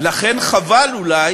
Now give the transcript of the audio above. לכן חבל אולי